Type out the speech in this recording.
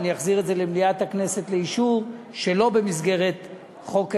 ואני אחזיר את זה למליאת הכנסת לאישור שלא במסגרת חוק ההסדרים.